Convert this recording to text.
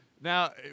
Now